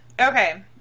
Okay